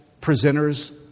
presenters